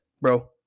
bro